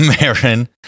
Marin